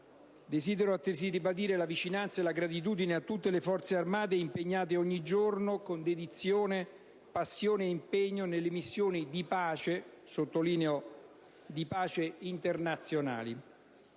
Desidero altresì ribadire la vicinanza e la gratitudine alle Forze armate, impegnate ogni giorno con dedizione, passione e impegno nelle missioni internazionali